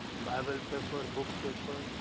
bible paper, book paper,